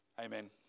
amen